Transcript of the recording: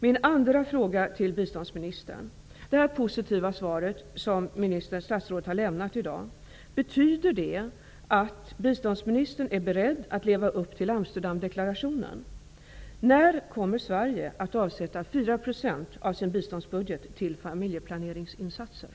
Min andra fråga till biståndsministern blir: Betyder det positiva svar som statsrådet har lämnat i dag att biståndsministern är beredd att leva upp till Amsterdamdeklarationen? När kommer Sverige att avsätta 4 % av sin biståndsbudget till familjeplaneringsinsatser?